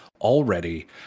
already